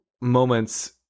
moments